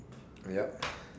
yep